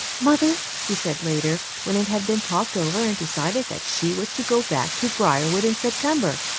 mother, she said later, when it had been talked over and decided that she was to go back to briarwood in september,